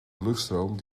luchtstroom